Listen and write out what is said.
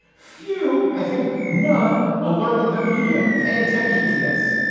few, i think none alerted the media. pay attention to this.